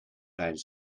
rijden